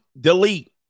delete